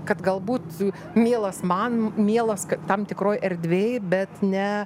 kad galbūt mielas man mielas kad tam tikroj erdvėj bet ne